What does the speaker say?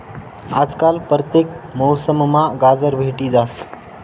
आजकाल परतेक मौसममा गाजर भेटी जास